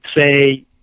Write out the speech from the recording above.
say